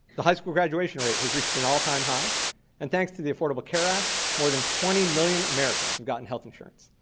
the high school graduation rate has reached an all time high and thanks to the affordable care act more than twenty million americans have gotten health insurance.